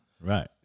Right